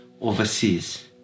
overseas